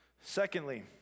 Secondly